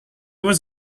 was